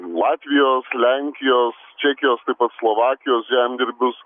latvijos lenkijos čekijos slovakijos žemdirbius